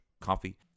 coffee